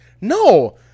no